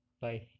bye